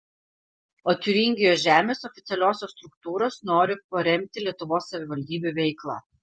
o tiūringijos žemės oficialiosios struktūros nori paremti lietuvos savivaldybių veiklą